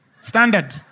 Standard